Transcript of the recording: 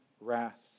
wrath